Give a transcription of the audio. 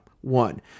One